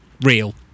real